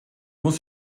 muss